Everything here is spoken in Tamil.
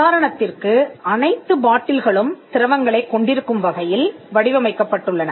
உதாரணத்திற்கு அனைத்து பாட்டில்களும் திரவங்களைக் கொண்டிருக்கும் வகையில் வடிவமைக்கப்பட்டுள்ளன